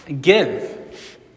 Give